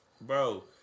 Bro